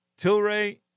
Tilray